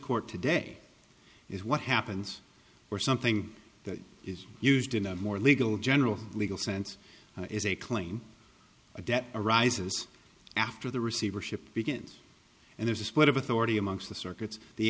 court today is what happens or something that is used in a more legal general legal sense is a clean debt arises after the receivership begins and there's a split of authority amongst the circuits the